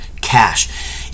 cash